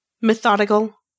methodical